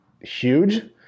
huge